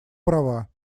права